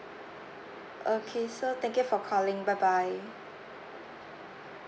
okay so thank you for calling bye bye